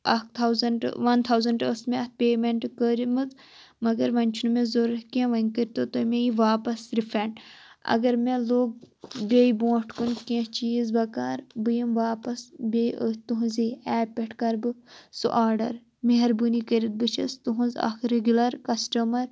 اَکھ thousand one thousand ٲسۍ مےٚ اَتھ پیمیٚنٹ کٔرمٕژ مگر وۄنۍ چھِنہٕ مےٚ ضرورت کِینٛہہ وۄنۍ کٔرۍ تو تُہۍ مےٚ یہِ واپَس رِفَنٛڈ اَگر مےٚ لوٚگ بیٚیہِ بُوٗنٛٹھ کُن کیٚنٛہہ چِیٖز بکار بہٕ یِمہٕ واپَس بیٚیہِ أتھۍ تُہنٛزے ایٚپ پؠٹھ کَر بہٕ سُہ آرڈَر مہربٲنی کٔرِتھ بہٕ چھس تُہنٛز اَکھ ریٚگِیولَر کَسٹٕمر